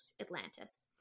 Atlantis